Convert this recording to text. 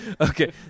Okay